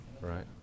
Right